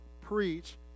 preach